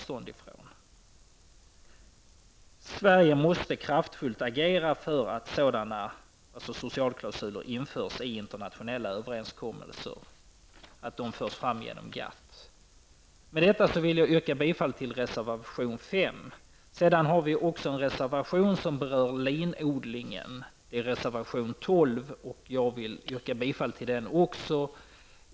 Sverige måste kraftfullt agera för att socialklausuler införs vid internationella överenskommelser och att de förs fram genom GATT. Med det anförda vill jag yrka bifall till reservation nr 5. Vi har även fogat reservation nr 12 till betänkandet. Den handlar om linodlingen. Jag vill yrka bifall även till den reservationen.